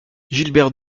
gilbert